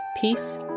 peace